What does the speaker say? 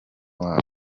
wabo